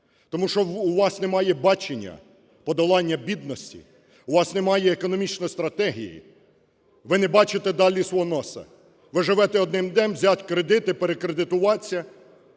Тому що у вас немає бачення подолання бідності, у вас немає економічної стратегії, ви не бачите далі свого носа. Ви живете одним днем: взять кредити, перекредитуватися